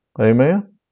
Amen